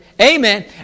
Amen